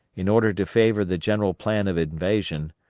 in order to favor the general plan of invasion,